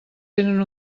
tenen